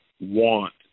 want